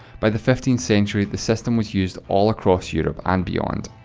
by the fifteenth century, the system was used all across europe, and beyond.